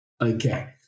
Okay